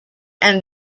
and